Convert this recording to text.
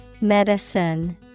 Medicine